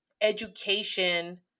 education